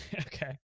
Okay